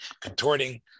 contorting